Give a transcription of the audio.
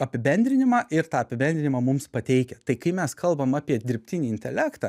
apibendrinimą ir tą apibendrinimą mums pateikia tai kai mes kalbam apie dirbtinį intelektą